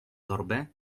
torbę